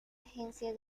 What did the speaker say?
agencia